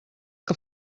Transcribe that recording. que